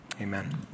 amen